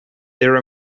there